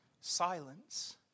silence